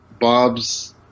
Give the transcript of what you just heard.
Bob's